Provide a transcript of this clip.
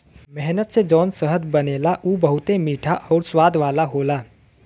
मेहनत से जौन शहद बनला उ बहुते मीठा आउर स्वाद वाला होला